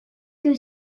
que